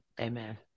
Amen